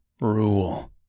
rule